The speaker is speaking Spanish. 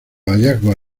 hallazgos